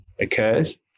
occurs